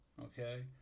Okay